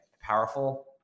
powerful